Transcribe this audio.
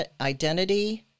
identity